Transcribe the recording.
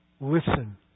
Listen